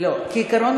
כעיקרון,